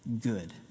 good